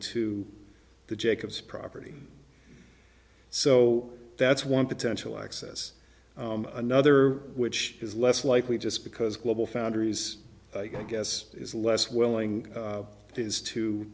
to the jacobs property so that's one potential access another which is less likely just because globalfoundries i guess is less willing is to